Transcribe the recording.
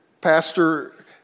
pastor